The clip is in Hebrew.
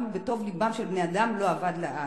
ובטוב לבם של בני אדם לא אבד לעד.